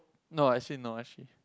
no actually no actually